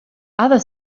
other